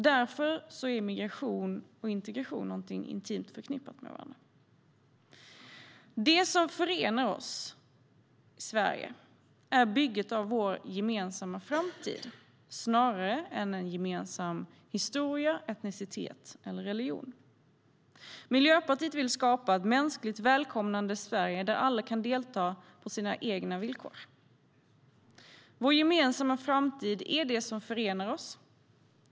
Därför är migration och integration intimt förknippade med varandra. Vår gemensamma framtid är det som förenar oss.